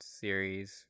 series